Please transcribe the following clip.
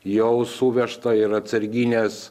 jau suvežta ir atsarginės